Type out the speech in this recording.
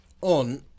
On